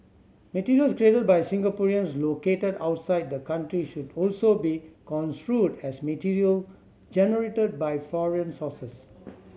materials created by Singaporeans located outside the country should also be construed as material generated by foreign sources